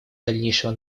дальнейшего